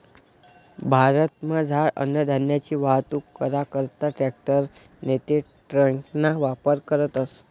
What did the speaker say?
भारतमझार अन्नधान्यनी वाहतूक करा करता ट्रॅकटर नैते ट्रकना वापर करतस